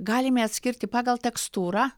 galime atskirti pagal tekstūrą